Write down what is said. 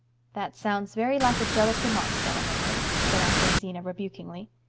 that sounds very like a jealous remark, stella maynard, said aunt jamesina rebukingly.